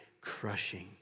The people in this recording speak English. crushing